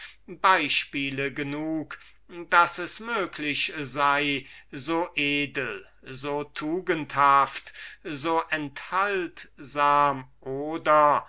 beispiele genug daß es möglich sei so edel so tugendhaft so enthaltsam oder